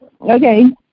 Okay